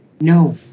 No